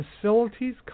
facilities